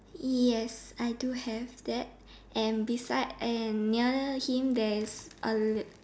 yes I do have that and beside and nearer him there's a